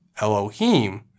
Elohim